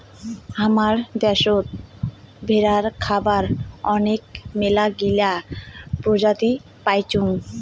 হামাদের দ্যাশোত ভেড়ার খাবার আনেক মেলাগিলা প্রজাতি পাইচুঙ